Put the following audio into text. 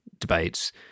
debates